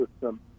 system